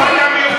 לא, גם אני פה.